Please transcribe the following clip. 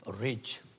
rich